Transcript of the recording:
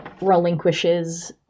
relinquishes